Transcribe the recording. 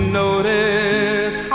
notice